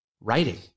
Writing